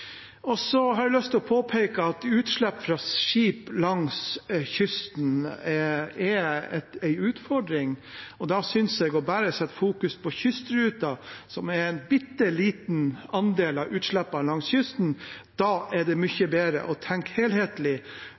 Så vil jeg påpeke at utslipp fra skip langs kysten er en utfordring, men istedenfor bare å fokusere på kystruta, som har en bitte liten andel av utslippene langs kysten, synes jeg det er mye bedre å tenke helhetlig